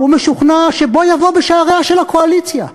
הוא משוכנע שבוא יבוא בשעריה של הקואליציה.